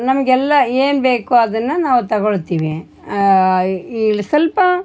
ನಮಗೆಲ್ಲ ಏನ್ಬೇಕು ಅದನ್ನು ನಾವು ತಗೊಳ್ತೀವಿ ಈ ಸ್ವಲ್ಪ